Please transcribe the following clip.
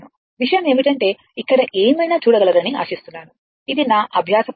విషయం ఏమిటంటే ఇక్కడ ఏమైనా చూడగలరని ఆశిస్తున్నాను ఇది నా అభ్యాస పుస్తకం